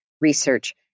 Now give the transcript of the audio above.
Research